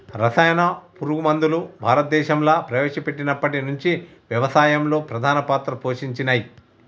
రసాయన పురుగు మందులు భారతదేశంలా ప్రవేశపెట్టినప్పటి నుంచి వ్యవసాయంలో ప్రధాన పాత్ర పోషించినయ్